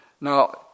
Now